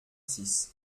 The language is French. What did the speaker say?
six